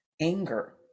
anger